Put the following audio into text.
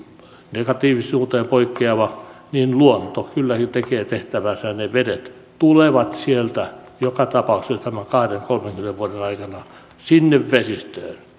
negatiivisuuteen poikkeava että luonto kylläkin tekee tehtävänsä ja ne vedet tulevat joka tapauksessa tämän kahdenkymmenen viiva kolmenkymmenen vuoden aikana sinne vesistöön